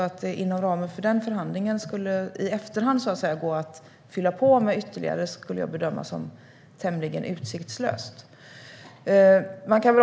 Att det inom ramen för den förhandlingen skulle gå att i efterhand fylla på med ytterligare skulle jag bedöma som tämligen utsiktslöst.